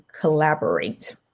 collaborate